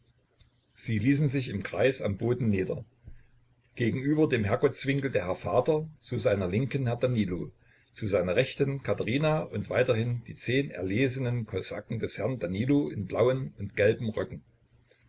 sie ließen sich im kreis am boden nieder gegenüber dem herrgottswinkel der herr vater zu seiner linken herr danilo zu seiner rechten katherina und weiterhin die zehn erlesenen kosaken des herrn danilo in blauen und in gelben röcken